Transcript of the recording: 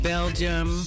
Belgium